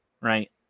Right